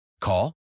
Call